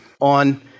on